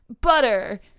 butter